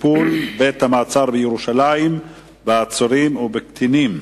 טיפול בית-המעצר בירושלים בעצורים ובקטינים.